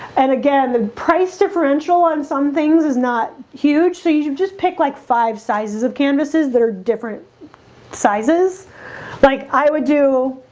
and again the price differential on some things is not huge so you just pick like five sizes of canvases, they're different sizes like i would do,